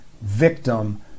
victim